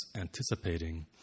anticipating